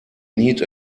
need